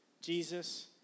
Jesus